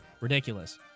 ridiculous